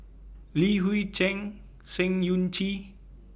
Li Hui Cheng Sng Choon